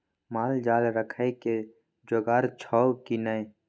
माल जाल राखय के जोगाड़ छौ की नै